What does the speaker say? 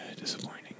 disappointing